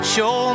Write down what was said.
Show